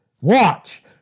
Watch